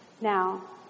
now